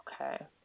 Okay